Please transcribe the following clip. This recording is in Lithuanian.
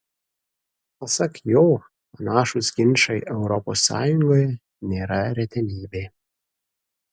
pasak jo panašūs ginčai europos sąjungoje nėra retenybė